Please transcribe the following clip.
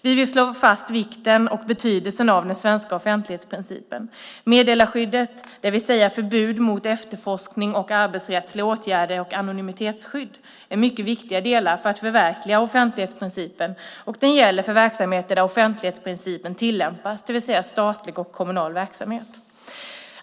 Vi vill slå fast vikten och betydelsen av den svenska offentlighetsprincipen. Meddelarskyddet, det vill säga förbud mot efterforskning och arbetsrättsliga åtgärder, och anonymitetsskyddet är mycket viktiga delar för att förverkliga offentlighetsprincipen. Det gäller för verksamheter där offentlighetsprincipen tillämpas, det vill säga statlig och kommunal verksamhet.